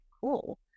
cool